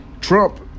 Trump